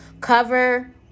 cover